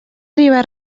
riba